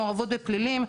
מעורבות בפלילים,